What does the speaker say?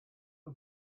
the